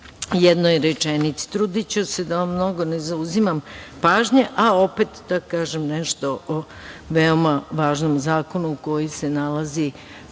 jednoj rečenici. Trudiću se da vam mnogo ne zauzimam pažnje, a opet da kažem nešto o veoma važnom zakonu, koji se nalazi